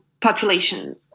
population